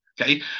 Okay